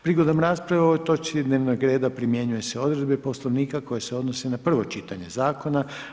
Prigodom rasprave o ovoj točki dnevnog reda primjenjuju se odredbe Poslovnika koje se odnose na prvo čitanje zakona.